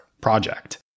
project